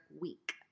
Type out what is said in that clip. week